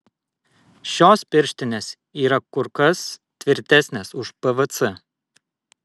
šios pirštinės yra kur kas tvirtesnės už pvc